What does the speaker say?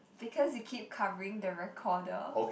because you keep covering the recorder